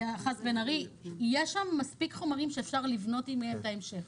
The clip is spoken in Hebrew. יש שם מספיק חומרים שאפשר לבנות איתם את ההמשך.